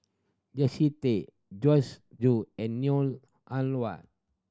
Tay Joyce Jue and Neo Ah Luan